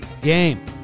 game